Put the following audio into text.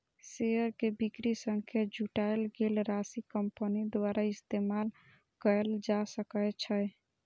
share के बिक्री सं जुटायल गेल राशि कंपनी द्वारा इस्तेमाल कैल जा सकै छै